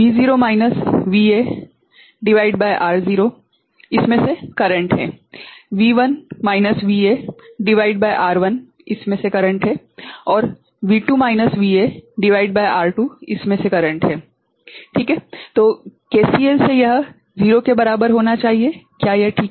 V0 minus VA भागित R0 इसमे से करेंट हैं V1 माइनस VA भागित R1 इसमे से करेंट हैं और V2 माइनस VA भागित R2 इसमे से करेंट हैं ठीक हैं तो केसीएल से यह 0 के बराबर होना चाहिए क्या यह ठीक है